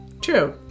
True